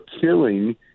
killing